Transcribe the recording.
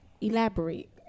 Elaborate